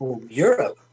Europe